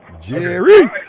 Jerry